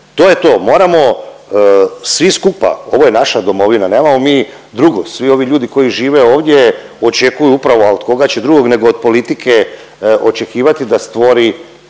to je to. Moramo svi skupa, ovo je naša domovina, nemamo mi drugo. Svi ovi ljudi koji žive ovdje, očekuju upravo, a od koga će drugog nego od politike očekivati da stvori